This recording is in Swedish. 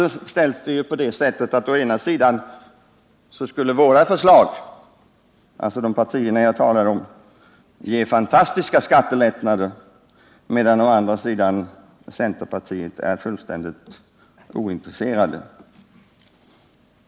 Där framställs saken på det sättet att å ena sidan skulle moderaternas och folkpartiets förslag ge fantastiska skattelättnader, medan å andra sidan centerpartiet är fullständigt ointresserat.